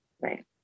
Right